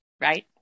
Right